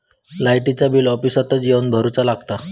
लाईटाचा बिल ऑफिसातच येवन भरुचा लागता?